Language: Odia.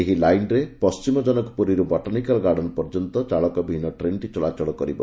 ଏହି ଲାଇନ୍ରେ ପଶ୍ଚିମଜନକ ପୁରୀରୁ ବଟାନିକାଲ ଗାର୍ଡେନ ପର୍ଯ୍ୟନ୍ତ ଚାଳକବିହୀନ ଟ୍ରେନ୍ଟି ଚଳାଚଳ କରିବ